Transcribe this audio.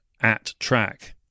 at-track